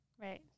Right